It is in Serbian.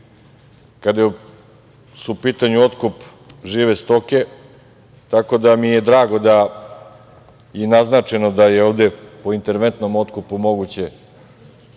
kada je u pitanju otkup žive stoke, tako da mi je drago i naznačeno da je ovde u interventnom otkupu moguće